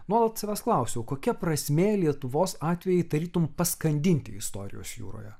nuolat savęs klausiau kokia prasmė lietuvos atvejį tarytum paskandinti istorijos jūroje